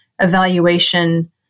evaluation